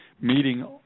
meeting